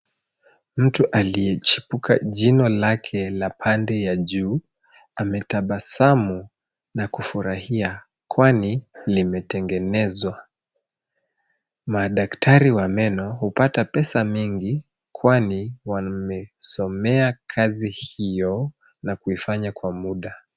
Mtu aliyechipuka jino lake la pande ya juu ametabasamu na kufurahia kwani limetengenezwa. Madaktari wa meno hupata pesa mingi kwani wamesomea kazi hiyo na kuifanya kwa muda.